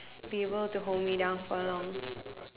be able to hold me down for long